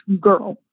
girl